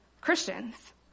Christians